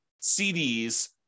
CDs